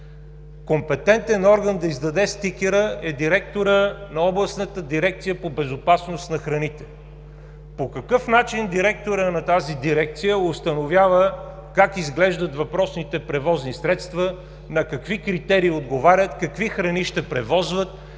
Компетентен орган да издаде стикера е директорът на Областната дирекция по безопасност на храните. По какъв начин директорът на тази дирекция установява как изглеждат въпросните превозни средства, на какви критерии отговарят, какви храни ще превозват,